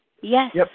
Yes